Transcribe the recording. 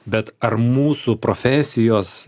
bet ar mūsų profesijos